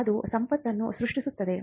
ಅದು ಸಂಪತ್ತನ್ನು ಸೃಷ್ಟಿಸುತ್ತದೆ